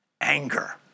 anger